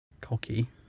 cocky